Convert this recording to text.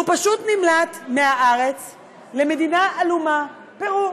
הוא פשוט נמלט מהארץ למדינה עלומה, פרו.